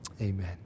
amen